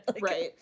Right